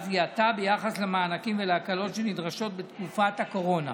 זיהתה ביחס למענקים ולהקלות שנדרשים בתקופת הקורונה.